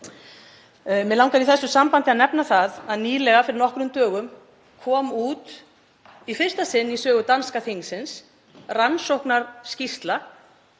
Mig langar í því sambandi að nefna að nýlega, fyrir nokkrum dögum, kom út í fyrsta sinn í sögu danska þingsins rannsóknarskýrsla